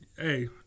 Hey